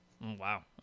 Wow